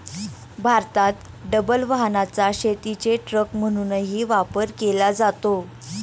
भारतात डबल वाहनाचा शेतीचे ट्रक म्हणूनही वापर केला जातो